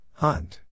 Hunt